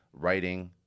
writing